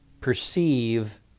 perceive